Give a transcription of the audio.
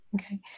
Okay